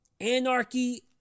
anarchy